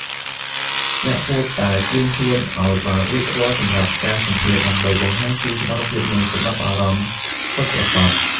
អ្នកគួរតែត្រៀមខ្លួនឱ្យបានរួចរាល់សម្រាប់ការសម្ភាសន៍ដើម្បីបង្ហាញពីសមត្ថភាពនិងចំណាប់អារម្មណ៍ពិតប្រាកដ។